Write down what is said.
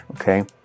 okay